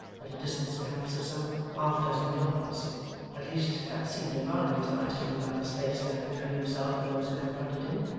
at a distance, perhaps, of some half-dozen yards at least that seemed in barnaby's eyes to be about the space left between himself and those who confronted him.